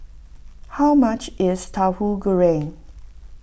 how much is Tauhu Goreng